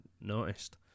noticed